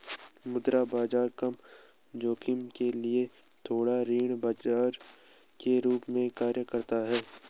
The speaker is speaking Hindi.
मुद्रा बाजार कम जोखिम के लिए थोक ऋण बाजार के रूप में कार्य करता हैं